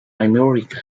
america